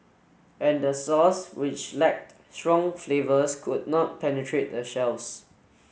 and the sauce which lacked strong flavours could not penetrate the shells